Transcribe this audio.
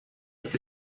essa